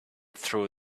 through